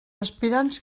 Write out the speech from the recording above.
aspirants